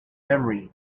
memory